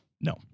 No